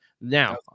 Now